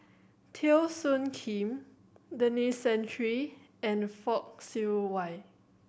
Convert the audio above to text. Teo Soon Kim Denis Santry and Fock Siew Wah